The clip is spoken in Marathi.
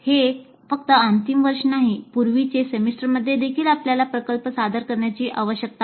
हे फक्त अंतिम वर्षात नाही पूर्वीचे सेमेस्टरमध्ये देखील आपल्याला प्रकल्प सादर करण्याची आवश्यकता आहे